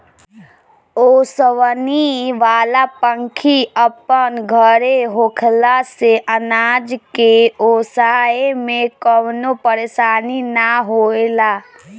ओसवनी वाला पंखी अपन घरे होखला से अनाज के ओसाए में कवनो परेशानी ना होएला